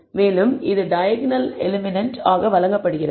மேலும் இது diagonal element ஆக வழங்கப்படுகிறது